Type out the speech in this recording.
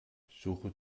suche